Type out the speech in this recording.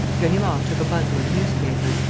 ganimard took a bundle of newspapers,